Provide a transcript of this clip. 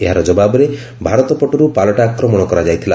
ଏହାର ଜବାବରେ ଭାରତ ପଟରୁ ପାଲଟା ଆକ୍ରମଣ କରାଯାଇଥିଲା